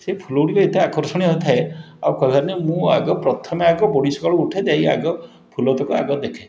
ସେ ଫୁଲଗୁଡ଼ିକ ଏତେ ଆକର୍ଷଣୀୟ ଥାଏ ଆଉ କହିବାର ନାହିଁ ମୁଁ ଆଗ ପ୍ରଥମେ ଆଗ ବଡ଼ି ସକାଳୁ ଉଠେ ଯାଇ ଆଗ ଫୁଲତକ ଆଗ ଦେଖେ